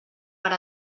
per